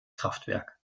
kraftwerk